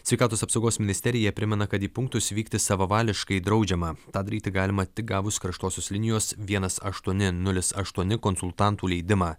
sveikatos apsaugos ministerija primena kad į punktus vykti savavališkai draudžiama tą daryti galima tik gavus karštosios linijos vienas aštuoni nulis aštuoni konsultantų leidimą